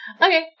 Okay